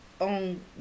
on